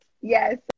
Yes